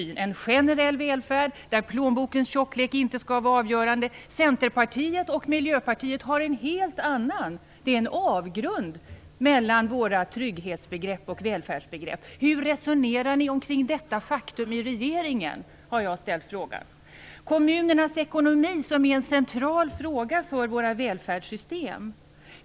Vi är för en generell välfärd där plånbokens tjocklek inte skall vara avgörande. Centerpartiet och Miljöpartiet har en helt annan syn. Det är en avgrund mellan våra trygghets och välfärdsbegrepp. Jag har ställt frågan hur ni resonerar omkring detta faktum i regeringen. Kommunernas ekonomi är en central fråga för våra välfärdssystem.